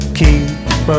keep